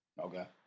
Okay